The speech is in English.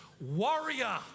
warrior